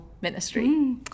ministry